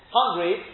hungry